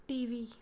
TV